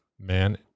man